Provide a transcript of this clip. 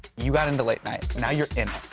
you got into late-night, now you're in